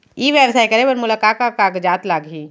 ई व्यवसाय करे बर मोला का का कागजात लागही?